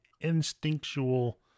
instinctual